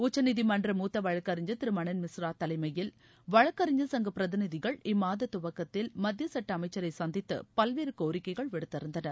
உச்சநீதிமன்ற மூத்த வழக்கறிஞர் திரு மனன் மிஸ்ரா தலைமயில் வழக்கறிஞர் சங்க பிரதிநிதிகள் இம்மாத துவக்கத்தில் மத்திய சுட்ட அமைச்சரை சந்தித்து பல்வேறு கோரிக்கைகள் விடுத்திருந்தனர்